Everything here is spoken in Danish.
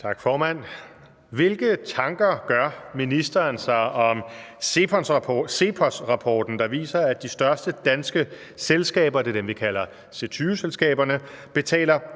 Hvilke tanker gør ministeren sig om CEPOS-rapporten, der viser, at de største danske selskaber – det er